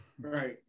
right